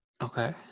Okay